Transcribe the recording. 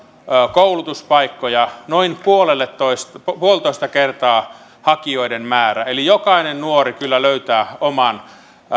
koulutuspaikkoja noin puolitoista kertaa hakijoiden määrä eli jokainen nuori kyllä löytää oman